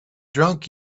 drunk